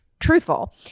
truthful